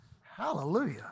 Hallelujah